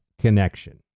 connection